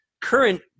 current